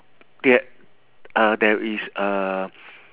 the~ uh there is a